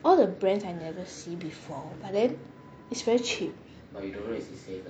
all the brands I never see before but then it's very cheap